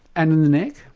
and in the neck?